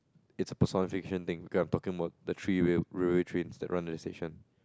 it's a personification thing because I'm talking about the three railway trains that run at the stations